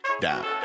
down